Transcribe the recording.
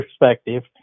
perspective